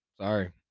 Sorry